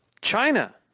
China